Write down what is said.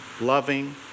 loving